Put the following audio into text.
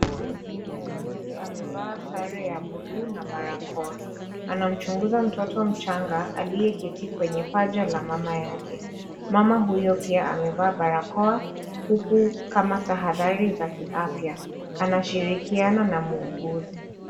Muuguzi amevaa sare ya bluu na barakoa. Anamchunguza mtoto mchanga aliyeketi kwenye paja la mama yake. Mama huyu pia amevaa barakoa huku kama tahadhari za kiafya, anashirikiana na muuguzi.